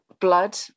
blood